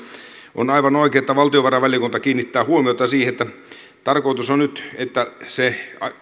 on aivan oikein että valtiovarainvaliokunta kiinnittää huomiota siihen että tarkoitus on nyt että se